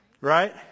right